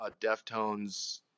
Deftones